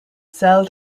cell